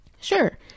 Sure